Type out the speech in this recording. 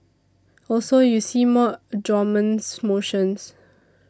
also you see more adjournments motions